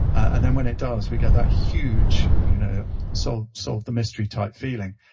and then when it does, we get that huge you know so solve the mystery type feeling.